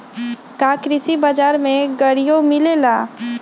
का कृषि बजार में गड़ियो मिलेला?